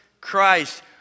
Christ